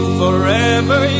forever